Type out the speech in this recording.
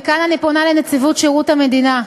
וכאן אני פונה לנציבות שירות המדינה: